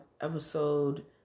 episode